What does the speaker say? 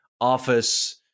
office